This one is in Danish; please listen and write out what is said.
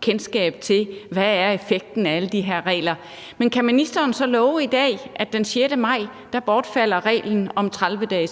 kendskab til, hvad effekten er af alle de her regler. Men kan ministeren så love i dag, at reglen om